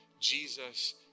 Jesus